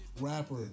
rapper